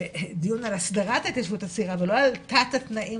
דיון על הסדרת ההתיישבות הצעירה ולא לא על תת-התנאים